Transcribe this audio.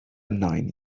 nain